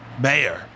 Mayor